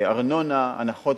ארנונה, הנחות